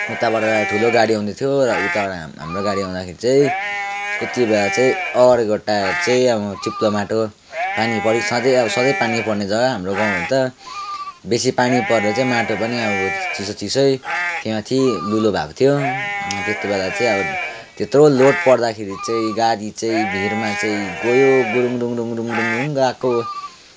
उताबाट ठुलो गाडी आउँदै थियो र उताबाट हा हाम्रो गाडी आउँदाखेरि चाहिँ त्यति बेला चाहिँ अगाडिको टायर चाहिँ आमामा चिप्लो माटो पानी परी सधैँ पानी पर्ने जग्गा हाम्रो गाउँ त बेसी पानी परेर चाहिँ माटो पनि अब चिसो चिसै त्यहाँ माथि लुलो भएको थियो त्यति बेला चाहिँ अब त्यत्रो लोड पर्दाखेरि चाहिँ गाडी चाहिँ भिरमा चाहिँ गयो गुडुङ डुङ डुङ गएको